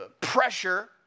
pressure